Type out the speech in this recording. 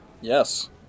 Yes